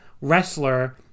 wrestler